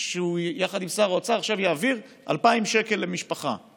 שיחד עם שר האוצר הוא יעביר עכשיו 2,000 שקל למשפחה,